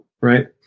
right